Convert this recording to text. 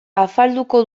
afalduko